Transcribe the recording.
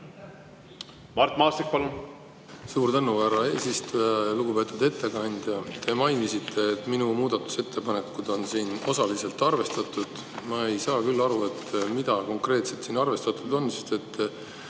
Mart Maastik, palun!